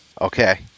Okay